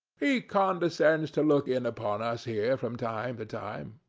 he condescends to look in upon us here from time to time.